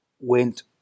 went